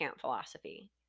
philosophy